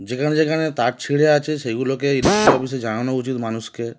যেখানে যেখানে তার ছিঁড়ে আছে সেইগুলোকে ইলেকট্রিক অফিসে জানানো উচিত মানুষকে